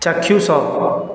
ଚାକ୍ଷୁସ